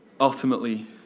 ultimately